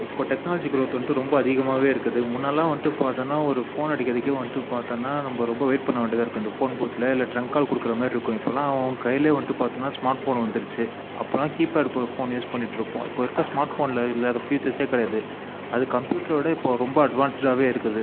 இப்போ technology growth வந்துட்டு ரொம்ப அதிகமாவே இருக்குது முன்னலாம் வந்துட்டு பார்த்தோனா ஒரு ஃபோன் அடிக்கிறதுக்கே வந்துட்டு பார்த்தோனா நம்ம ரொம்ப வெய்ட் பண்ண வேண்டியதாக இருக்கும் இந்த ஃபோன்பூத்தில் இல்லை ட்ரங்க் கால் கொடுக்ற மாதிரிருக்கும் இப்போலாம் அவங்க கைலேயே வந்துட்டு பார்த்தோனா ஸ்மார்ட் ஃபோன் வந்துருச்சி அப்போலாம் கீபேட் ஃபோன் யூஸ் பண்ணிட்டுருப்போம் இப்ப இருக்க ஸ்மார்ட் ஃபோனில் இல்லாத ஃபுயூச்சர்ஸே கிடையாது அது கம்ப்யூட்ரோட இப்போது ரொம்ப அட்வான்ஸ்டாவே இருக்குது